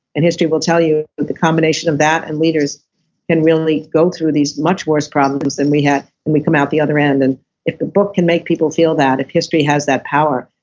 and history will tell you, that the combination of that and leaders can really go through these much worse problems than we have and we come out the other end and if the book can make people feel that. if history has that power,